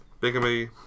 bigamy